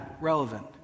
relevant